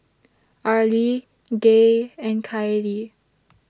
Arlie Gaye and Kylie